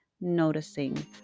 noticing